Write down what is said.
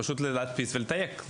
פשוט צריך להדפיס ולתייק.